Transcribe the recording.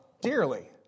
dearly